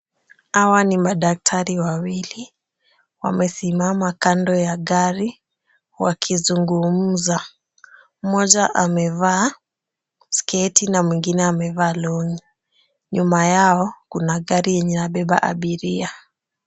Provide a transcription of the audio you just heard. Hawa ni madaktari wawili, wamesimama kando ya gari wakizungumza. Mmoja amevaa sketi na mwingine amevaa long'i . Nyuma yao kuna gari yenye inabeba abiria.